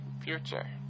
future